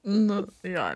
nu jo